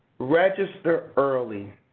register early.